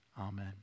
Amen